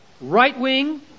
right-wing